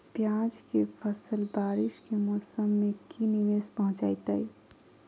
प्याज के फसल बारिस के मौसम में की निवेस पहुचैताई?